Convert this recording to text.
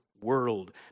world